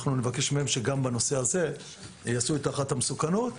נבקש מהם שגם בנושא הזה יעשו את הערכת המסוכנות.